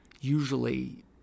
usually